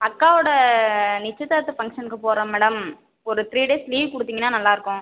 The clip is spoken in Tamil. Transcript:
அக்காவோட நிச்சயதார்த்த ஃபங்க்ஷனுக்கு போகறோம் மேடம் ஒரு த்ரீ டேஸ் லீவ் கொடுத்திங்கனா நல்லாருக்கும்